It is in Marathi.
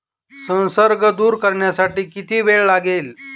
संसर्ग दूर करण्यासाठी किती वेळ लागेल?